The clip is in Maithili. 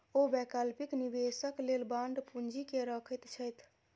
ओ वैकल्पिक निवेशक लेल बांड पूंजी के रखैत छथि